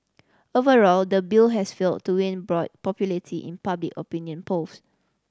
overall the bill has failed to win broad popularity in public opinion polls